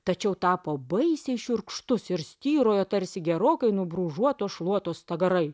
tačiau tapo baisiai šiurkštus ir styrojo tarsi gerokai nubrūžuotos šluotos stagarai